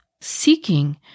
seeking